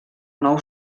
nou